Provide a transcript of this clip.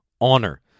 honor